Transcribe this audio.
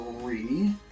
three